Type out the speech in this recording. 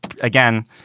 again